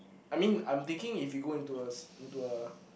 I mean I'm thinking if he go into us into a